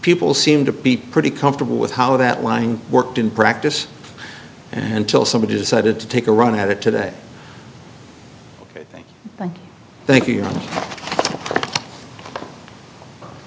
people seem to be pretty comfortable with how that lying worked in practice until somebody decided to take a run at it today thank you